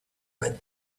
red